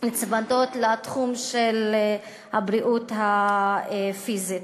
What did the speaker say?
נצמדות לתחום של הבריאות הפיזית.